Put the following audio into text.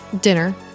dinner